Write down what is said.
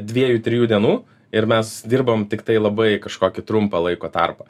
dviejų trijų dienų ir mes dirbam tiktai labai kažkokį trumpą laiko tarpą